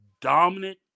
dominant